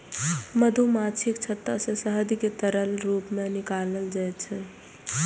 मधुमाछीक छत्ता सं शहद कें तरल रूप मे निकालल जाइ छै